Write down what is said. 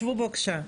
שבו בבקשה.